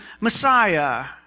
Messiah